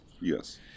Yes